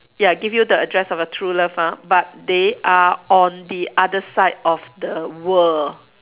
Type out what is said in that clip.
ya give you the address of your true love ah but they are on the other side of the world